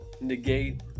negate